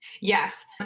Yes